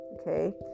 okay